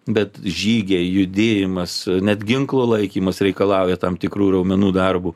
bet žygiai judėjimas net ginklo laikymas reikalauja tam tikrų raumenų darbo